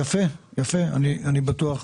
אני בטוח.